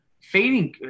fading